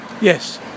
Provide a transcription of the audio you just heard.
Yes